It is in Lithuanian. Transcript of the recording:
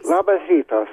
labas rytas